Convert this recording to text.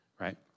Right